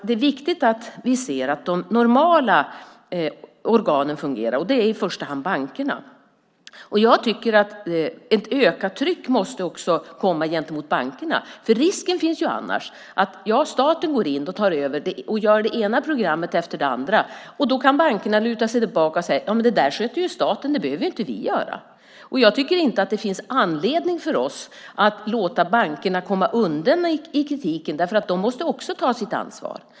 Det är viktigt att vi ser till att de normala organen fungerar, och det är i första hand bankerna. Jag tycker att det måste sättas ett ökat tryck på bankerna. Annars finns risken att staten går in och tar över och gör det ena programmet efter det andra, och då kan bankerna luta sig tillbaka och säga: Det där sköter ju staten. Det behöver inte vi göra. Jag tycker inte att det finns anledning för oss att låta bankerna komma undan kritiken. De måste också ta sitt ansvar.